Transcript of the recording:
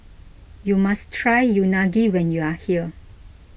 you must try Unagi when you are here